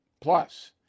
Plus